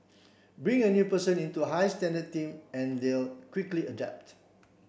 bring a new person into high standard team and they'll quickly adapt